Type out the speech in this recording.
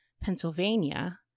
Pennsylvania